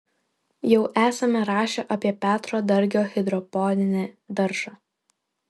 jau esame rašę apie petro dargio hidroponinį daržą